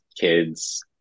kids